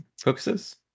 Focuses